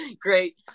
Great